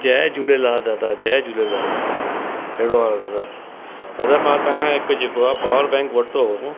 जय झूलेलाल दादा जय झूलेलाल दादा कहिड़ो हालु आहे दादा दादा मां तव्हांखां हिकु जेको आहे पावर बैंक वरितो हुओ